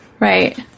Right